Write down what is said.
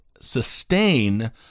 sustain